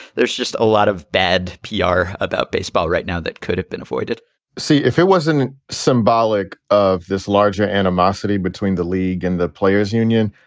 there's just a lot of bad pr about baseball right now that could have been avoided see if it wasn't symbolic of this larger animosity between the league and the players union.